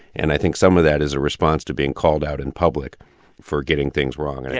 and i think some of that is a response to being called out in public for getting things wrong. and yeah